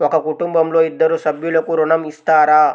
ఒక కుటుంబంలో ఇద్దరు సభ్యులకు ఋణం ఇస్తారా?